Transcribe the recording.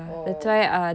oh